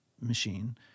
machine